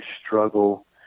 struggle